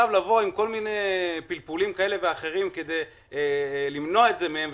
לבוא עכשיו עם כל מיני פלפולים כאלה ואחרים כדי למנוע את זה מהם,